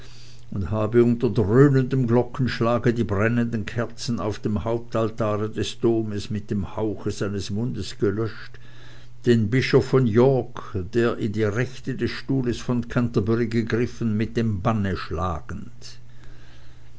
und habe unter dröhnendem glockenschlage die brennenden kerzen auf dem hauptaltare des doms mit dem hauche seines mundes gelöscht den bischof von york der in die rechte des stuhles von canterbury gegriffen mit dem banne schlagend